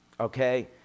okay